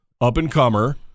up-and-comer